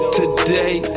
today